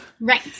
Right